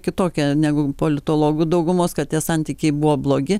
kitokia negu politologų daugumos kad tie santykiai buvo blogi